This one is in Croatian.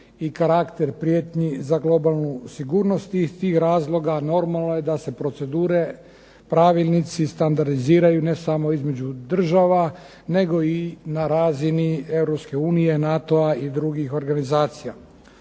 i karakter prijetnji za globalnu sigurnost i iz tih razloga normalno je da se procedure, pravilnici standardiziraju ne samo između država nego i na razini Europske unije, NATO-a i drugih organizacija.